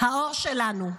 האור שלנו,